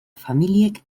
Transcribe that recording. familiek